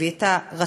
הביא את הרצון.